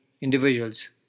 individuals